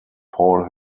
paul